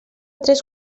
tres